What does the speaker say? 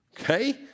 Okay